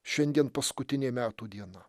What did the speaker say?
šiandien paskutinė metų diena